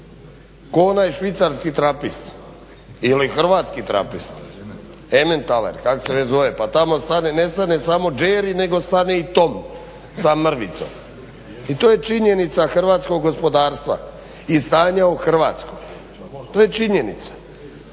ko onaj švicarski trapist ili hrvatski trapist, ementaler, kako se već zove, pa tamo ne stane samo Jerry nego stane i Tom sa Mrvicom. I to je činjenica hrvatskog gospodarstva i stanja u Hrvatskoj, to je činjenica.